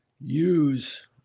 use